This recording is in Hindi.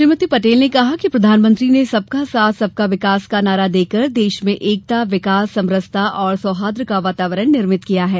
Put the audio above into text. हमारे प्रधानमंत्री ने सबका साथ सबका विकास का नारा देकर देश में एकता विकास समरसता और सौहार्द्र का वातावरण निर्मित किया है